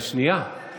אבל שנייה, שנייה.